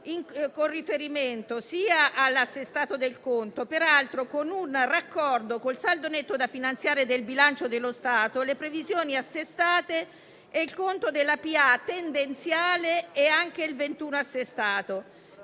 con riferimento all'assestato del conto e con un raccordo col saldo netto da finanziare del bilancio dello Stato, le previsioni assestate, il conto della pubblica amministrazione tendenziale e anche il 2021 assestato.